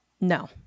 No